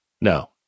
No